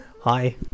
Hi